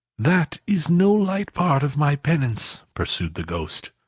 that is no light part of my penance, pursued the ghost.